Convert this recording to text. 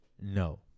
no